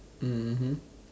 mmhmm